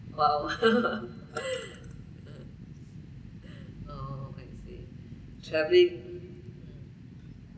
!wow! ah oh I see travelling mm